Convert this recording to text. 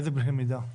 איזה קנה מידה,